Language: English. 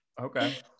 Okay